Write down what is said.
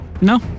No